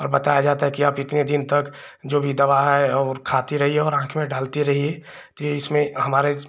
और बताया जाता है कि आप इतने दिन तक जो भी दवा है और खाती रहिए और आँख में डालती रहिए तो इसमें हमारे